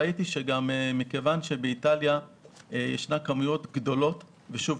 ראיתי שמכיוון שבאיטליה ייצרו כמויות גדולות אז יש עדיין